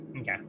Okay